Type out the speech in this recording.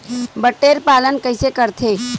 बटेर पालन कइसे करथे?